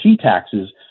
taxes